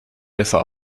besser